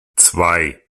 zwei